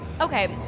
Okay